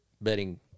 betting